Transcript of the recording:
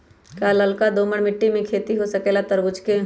का लालका दोमर मिट्टी में खेती हो सकेला तरबूज के?